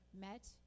met